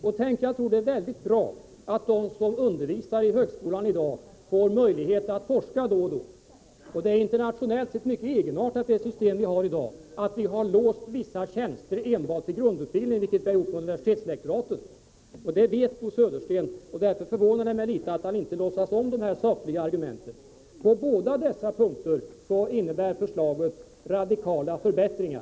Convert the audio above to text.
Och jag tror att det är mycket bra att de som undervisar i högskolan i dag får möjlighet att forska då och då. Det är internationellt sett ett mycket egenartat system vi har, att vissa tjänster är låsta enbart till grundutbildningen, vilket är fallet med universitetslektoraten. Det vet Bo Södersten. Därför förvånar det mig litet att han inte låtsas om de sakliga argumenten. På båda dessa punkter innebär förslaget radikala förbättringar.